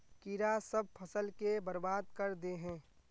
कीड़ा सब फ़सल के बर्बाद कर दे है?